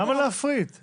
למה להפריט?